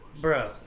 Bro